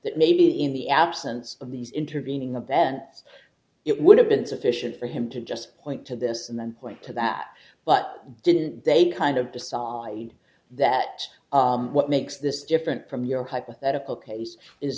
that maybe in the absence of these intervening the then it would have been sufficient for him to just point to this and then point to that but didn't they kind of to saif that what makes this different from your hypothetical case is